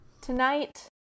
Tonight